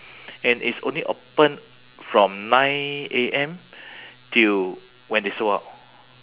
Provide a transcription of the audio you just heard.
and it's only open from nine A_M till when they sold out